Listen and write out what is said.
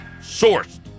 Sourced